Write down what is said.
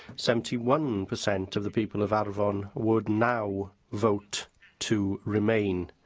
seventy one per cent of the people of arfon would now vote to remain,